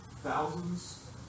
thousands